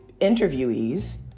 interviewees